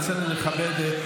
תתביישו לכם.